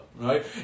right